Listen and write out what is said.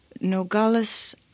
Nogales